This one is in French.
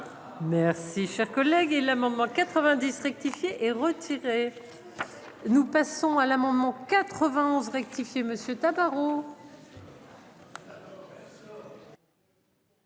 Merci cher collègue. Et l'amendement 90 rectifié et retiré. Nous passons à l'amendement 91 rectifié monsieur Tabarot.